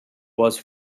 was